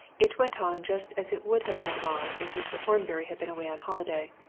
it went on just as it would have gone on if mr. horbury had been away on holiday.